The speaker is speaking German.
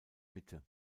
mitte